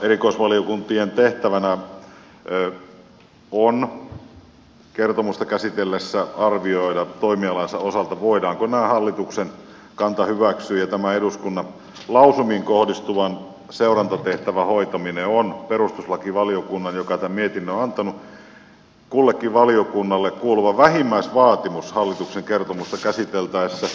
erikoisvaliokuntien tehtävänä on kertomusta käsitellessään arvioida toimialansa osalta voidaanko tämä hallituksen kanta hyväksyä ja tämä eduskunnan lausumiin kohdistuvan seurantatehtävän hoitaminen on perustuslakivaliokunnan joka tämän mietinnön on antanut kannan mukaan kullekin valiokunnalle kuuluva vähimmäisvaatimus hallituksen kertomusta käsiteltäessä